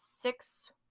six